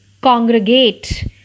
congregate